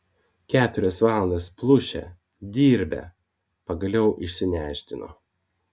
keturias valandas plušę dirbę pagaliau išsinešdino